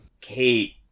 Kate